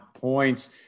points